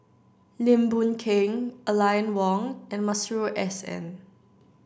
Lim Boon Keng Aline Wong and Masuri S N